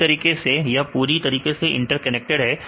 इसी तरीके से यह पूरी तरीके से इंटरकनेक्टेड है